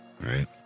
right